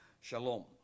shalom